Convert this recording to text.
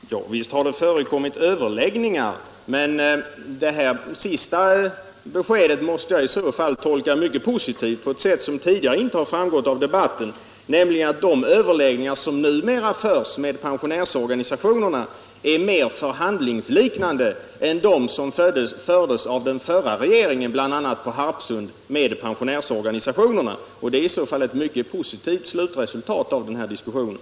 Herr talman! Visst har det förekommit överläggningar. Men det här senaste beskedet måste jag då tolka mycket positivt — på ett sätt som inte tidigare har framkommit i debatten — nämligen att de överläggningar som numera förs med pensionärsorganisationerna är mer förhandlingsliknande än de som fördes av den förra regeringen, bl.a. på Harpsund, med pensionärsorganisationerna. Det är i så fall ett mycket positivt slutresultat av den här diskussionen.